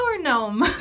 gnome